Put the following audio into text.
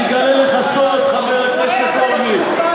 אני אגלה לך סוד, חבר הכנסת הורוביץ.